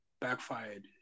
backfired